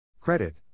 Credit